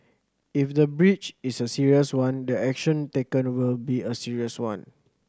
if the breach is a serious one the action taken will be a serious one